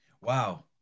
Wow